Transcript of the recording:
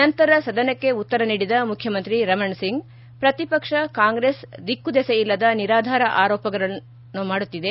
ನಂತರ ಸದನಕ್ಕೆ ಉತ್ತರ ನೀಡಿದ ಮುಖ್ಯಮಂತ್ರಿ ರಮಣ್ ಸಿಂಗ್ ಪ್ರತಿಪಕ್ಷ ಕಾಂಗ್ರೆಸ್ ದಿಕ್ಕುದೆಸೆ ಇಲ್ಲದ ನಿರಾಧಾರ ಆರೋಪಗಳನ್ನು ಮಾಡುತ್ತಿದೆ